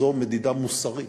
זו מדידה מוסרית.